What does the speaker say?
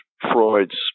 Freud's